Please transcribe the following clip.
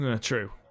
True